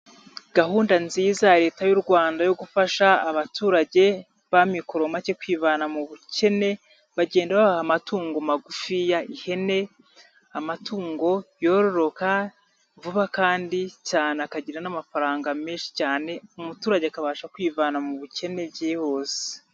Gahunda nziza ya Leta y'u Rwanda yo gufasha abaturage b'amikoro make kwivana mu bukene, bagenda babaha amatungo magufi y'ihene, amatungo yororoka vuba kandi cyane akagira n'amafaranga menshi cyane, umuturage akabasha kwivana mu bukene byihuse.